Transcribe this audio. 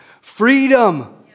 Freedom